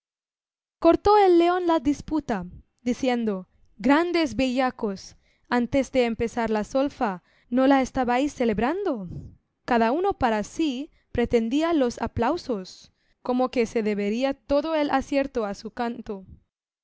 cortó el león la disputa diciendo grandes bellacos antes de empezar la solfa no la estabais celebrando cada uno para sí pretendía los aplausos como que se debería todo el acierto a su canto